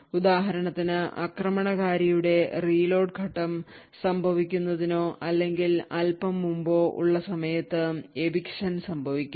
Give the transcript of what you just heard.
ഉദാഹരണത്തിന് ആക്രമണകാരിയുടെ റീലോഡ് ഘട്ടം സംഭവിക്കുന്നതിനോ അല്ലെങ്കിൽ അല്പം മുമ്പോ ഉള്ള സമയത്ത് eviction സംഭവിക്കാം